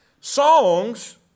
Songs